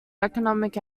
economic